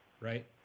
right